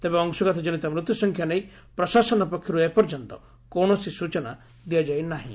ତେବେ ଅଂଶୁଘାତ କନିତ ମୁତ୍ୟୁ ସଂଖ୍ୟା ନେଇ ପ୍ରଶାସନ ପକ୍ଷରୁ ଏପର୍ଯ୍ୟନ୍ତ କୌଣସି ସୂଚନା ଦିଆଯାଇ ନାହିଁ